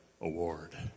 award